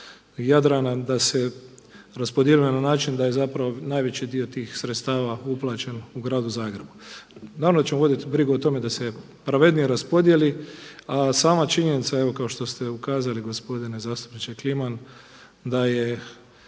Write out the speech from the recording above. da se raspodijeli na način da je najveći dio tih sredstava uplaćen u gradu Zagrebu. Naravno da ćemo voditi brigu o tome da se pravednije raspodijeli, a sama činjenica kao što ste ukazali gospodine zastupniče Kliman da je